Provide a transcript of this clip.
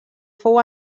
fou